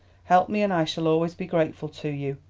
help me and i shall always be grateful to you.